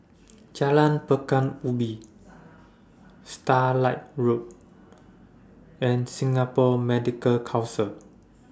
Jalan Pekan Ubin Starlight Road and Singapore Medical Council